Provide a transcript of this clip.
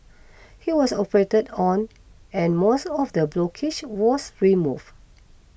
he was operated on and most of the blockage was removed